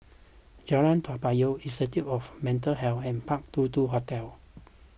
Jalan Toa Payoh Institute of Mental Health and Park two two Hotel